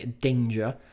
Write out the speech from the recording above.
Danger